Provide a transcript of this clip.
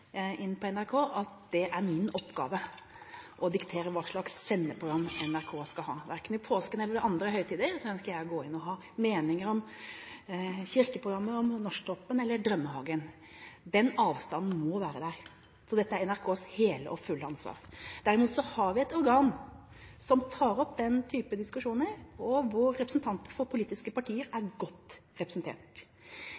på NRK, er min oppgave å diktere hva slags sendeprogram NRK skal ha. Verken når det gjelder påsken eller andre høytider, ønsker jeg å gå inn og ha meninger om kirkeprogrammer, Norsktoppen eller Drømmehagen. Den avstanden må være der. Så dette er NRKs hele og fulle ansvar. Derimot har vi et organ som tar opp den type diskusjoner, og representanter for politiske partier er